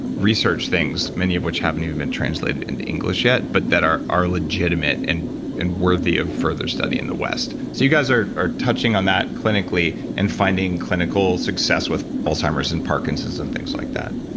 research things, many of which haven't even been translated into english yet, but that are are legitimate and and worthy of further study in the west. so you guys are are touching on that clinically and finding clinical success with alzheimer's and parkinson's and things like that?